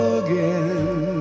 again